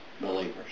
believers